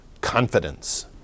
confidence